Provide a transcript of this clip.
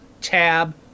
Tab